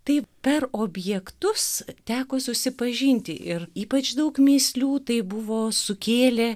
taip per objektus teko susipažinti ir ypač daug mįslių tai buvo sukėlė